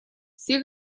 все